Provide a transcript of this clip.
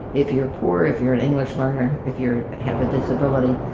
if you're poor, if you're an english learner, if you're have a disability,